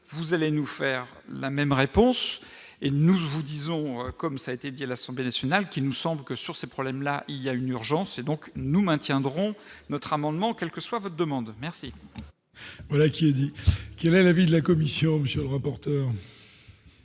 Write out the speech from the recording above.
vous allez nous faire la même réponse et nous ou disons comme ça a été dit à l'Assemblée nationale, qu'il nous semble que sur ces problèmes-là, il y a une urgence et donc nous maintiendrons notre amendement, quel que soit votre demande merci. Voilà qui est dit, quel est l'avis de la Commission, monsieur le rapporteur.